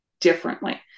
differently